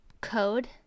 code